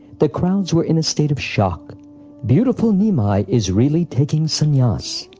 the crowds were in a state of shock beautiful nimai is really taking sannyasa!